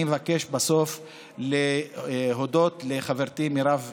אני מבקש, לבסוף, להודות לחברתי מרב מיכאלי,